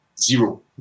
zero